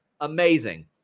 amazing